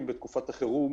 נפתרו.